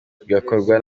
bigakorwa